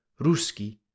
Ruski